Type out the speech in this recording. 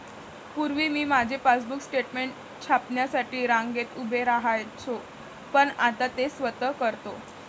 पूर्वी मी माझे पासबुक स्टेटमेंट छापण्यासाठी रांगेत उभे राहायचो पण आता ते स्वतः करतो